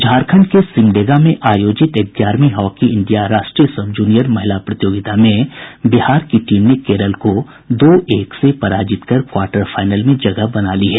झारखंड के सिमडेगा में आयोजित ग्यारहवीं हॉकी इंडिया राष्ट्रीय सब जूनियर महिला प्रतियोगिता में बिहार की टीम ने केरल को दो एक से पराजित कर क्वार्टर फाइनल में जगह बना ली है